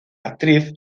actriz